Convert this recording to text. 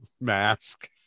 mask